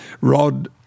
Rod